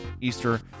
Easter